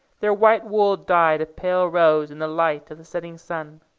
their white wool dyed a pale rose in the light of the setting sun.